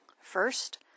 First